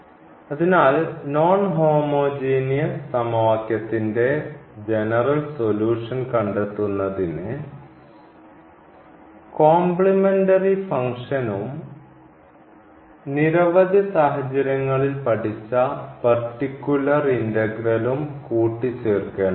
അതിനാൽ non homogeneous സമവാക്യത്തിന്റെ general solution കണ്ടെത്തുന്നതിന് കോംപ്ലിമെന്ററി ഫംഗ്ഷനും നിരവധി സാഹചര്യങ്ങളിൽ പഠിച്ച പർട്ടിക്കുലർ ഇന്റഗ്രലും കൂട്ടിചേർക്കേണ്ടതുണ്ട്